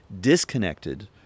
disconnected